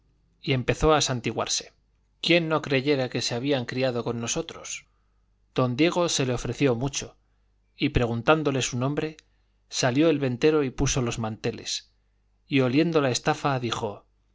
y empezó a santiguarse quién no creyera que se habían criado con nosotros don diego se le ofreció mucho y preguntándole su nombre salió el ventero y puso los manteles y oliendo la estafa dijo